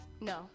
No